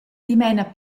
dimena